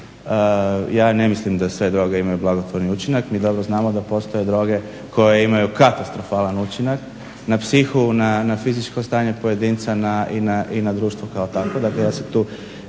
ja ne mislim da sve droge imaju blagotvorni učinak. Mi dobro znamo da postoje droge koje imaju katastrofalan učinak na psihu, na fizičko stanje pojedinca i na društvo kao takvo. Dakle, ja se tu